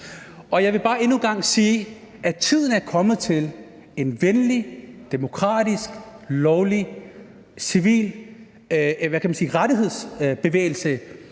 Og jeg vil bare endnu en gang sige, at tiden er kommet til en venlig, demokratisk, lovlig civil rettighedsbevægelse.